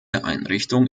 einrichtung